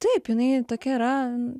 taip jinai tokia yra